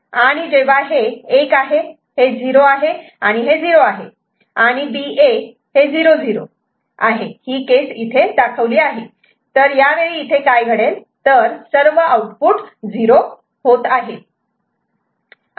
आणि जेव्हा हे 1 आहे हे 0 आहे आणि हे 0 आहे आणि BA 00 आहे ही केस इथे दाखवली आहे तर यावेळी इथे काय घडेल तर सर्व आउटपुट 0 होतील